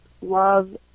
love